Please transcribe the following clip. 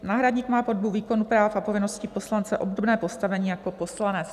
Náhradník má po dobu výkonu práv a povinností poslance obdobné postavení jako poslanec.